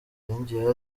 yongeyeho